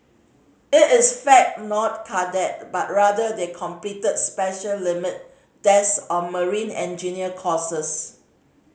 it is fact not cadet but rather they completed special limit desk or marine engineer courses